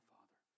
Father